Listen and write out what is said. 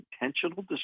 intentional